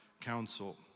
Council